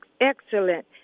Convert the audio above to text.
excellent